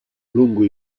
lungo